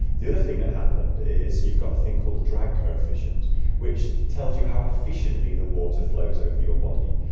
the other thing that happened is you got a thing called a drag coefficient which tells you how efficiently the water flows over your body,